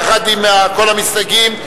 יחד עם כל המסתייגים,